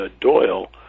Doyle